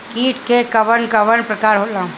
कीट के कवन कवन प्रकार होला?